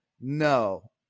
No